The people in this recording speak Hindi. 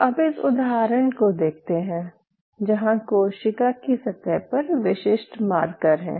तो अब इस उदाहरण को देखते हैं जहाँ कोशिका की सतह पर विशिष्ट मार्कर हैं